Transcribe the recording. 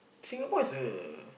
Singapore is a